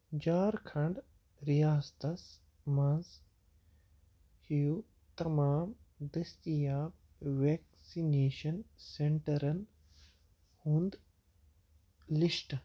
جھارکھنٛڈ رِیاستس مَنٛز ہیٛوٗ تمام دٔستِیاب وٮ۪کسِنیٚشن سینٹرن ہُنٛد لِسٹ